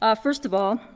ah first of all,